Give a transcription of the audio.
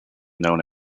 known